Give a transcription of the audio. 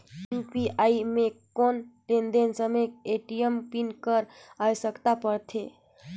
UPI म कौन लेन देन समय ए.टी.एम पिन कर आवश्यकता पड़थे?